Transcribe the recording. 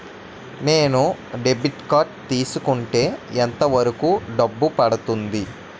నేను debit card తీసుకుంటే ఎంత వరకు డబ్బు పడుతుంది?